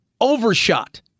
overshot